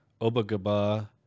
Obagaba